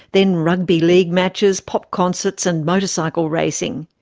then rugby league matches, pop concerts and motorcycle racing.